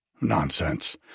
nonsense